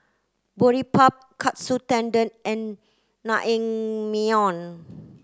Boribap Katsu Tendon and Naengmyeon